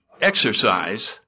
exercise